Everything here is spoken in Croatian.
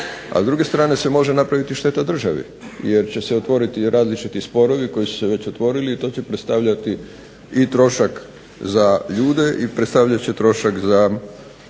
a s druge strane se može napraviti šteta državi, jer će se otvoriti različiti sporovi koji su se već otvorili i to će predstavljati i trošak za ljude i predstavljat će trošak za